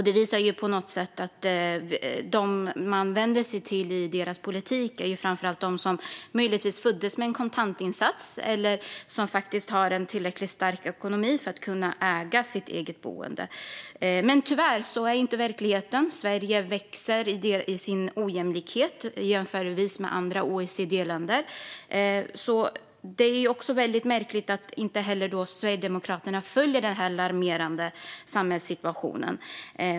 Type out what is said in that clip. Det visar på något sätt att de människor som man vänder sig till med sin politik är framför allt dem som möjligtvis föddes med en kontantinsats eller som faktiskt har en tillräckligt stark ekonomi för att kunna äga sitt eget boende. Men tyvärr ser inte verkligheten ut så. Ojämlikheten växer i Sverige jämfört med andra OECD-länder. Det är därför väldigt märkligt att inte heller Sverigedemokraterna följer denna alarmerande samhällssituation.